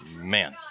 man